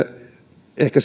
ehkä